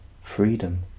freedom